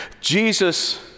Jesus